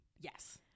Yes